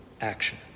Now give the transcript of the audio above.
action